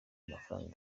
amafaranga